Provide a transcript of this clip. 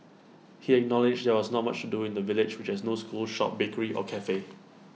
he acknowledged there was not much to do in the village which has no school shop bakery or Cafe